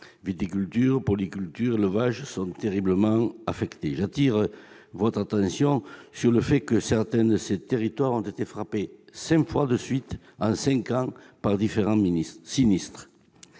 Viticulture, polyculture, élevage sont terriblement affectés. J'appelle votre attention sur le fait que certains de ces territoires ont été frappés cinq fois de suite en cinq ans par différents sinistres.